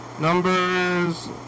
numbers